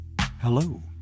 Hello